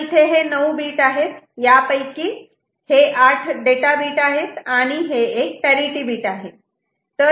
तर इथे हे 9 बीट आहेत यापैकी हे 8 डाटा बीट आणि हे एक पॅरिटि बीट आहे